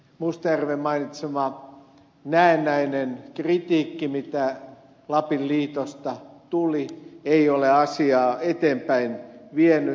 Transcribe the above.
mustajärven mainitsema näennäinen kritiikki mitä lapin liitosta tuli ei ole asiaa eteenpäin vienyt